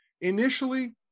initially